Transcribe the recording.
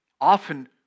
often